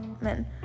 men